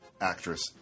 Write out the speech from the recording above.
actress